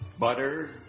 Butter